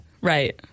Right